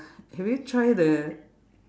have you try the